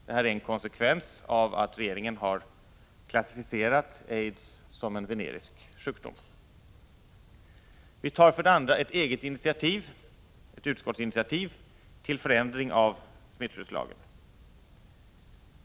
Detta är en konsekvens av att regeringen har klassificerat aids som en venerisk sjukdom. Vi tar för det andra ett eget initiativ, ett utskottsinitiativ, till förändring av smittskyddslagen.